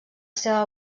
seva